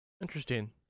Interesting